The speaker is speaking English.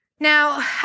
Now